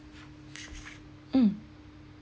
mm